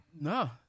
No